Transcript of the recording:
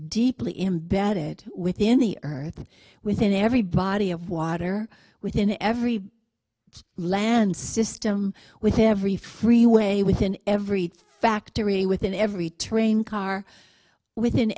deeply embedded within the earth within every body of water within every land system within every freeway within every factory within every train car within